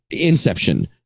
Inception